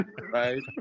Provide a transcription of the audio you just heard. Right